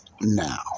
now